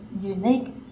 unique